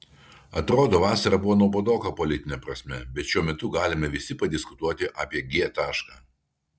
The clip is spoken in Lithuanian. atrodo vasara buvo nuobodoka politine prasme bet šiuo metu galime visi padiskutuoti apie g tašką